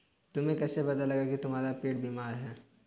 तुम्हें कैसे पता लगा की तुम्हारा पेड़ बीमार है?